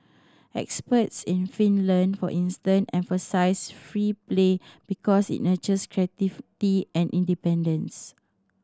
experts in Finland for instance emphasise free play because it nurtures creativity and independence